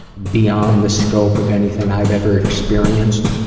beyond the scope of anything i've ever experienced,